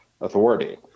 authority